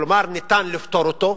כלומר, ניתן לפתור אותו,